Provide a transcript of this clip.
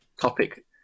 topic